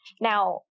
Now